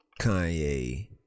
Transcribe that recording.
Kanye